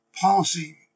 policy